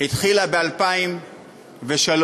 התחילה ב-2003,